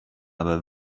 aber